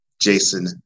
Jason